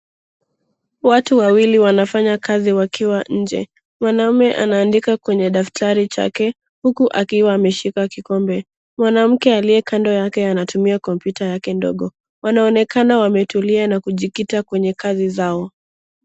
Watu wawili wanafanya kazi wakiwa nje. Mwanaume anaandika kwenye daftari chake huku akiwa ameshika kikombe. Mwanamke aliye kando yake anatumia kompyuta yake ndogo. Wanaonekana wametulia na kujikita kwenye kazi zao.